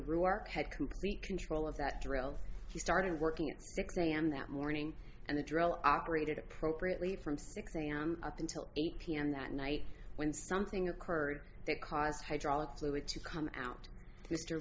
brewer had complete control of that drilled he started working at six am that morning and the drill operated appropriately from six am up until eight pm that night when something occurred that caused hydraulic fluid to come out mr